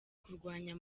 kurwanya